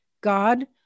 God